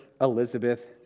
Elizabeth